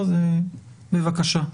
בבקשה.